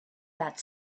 that